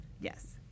Yes